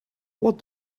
what